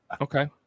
Okay